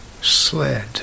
sled